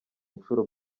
inshuro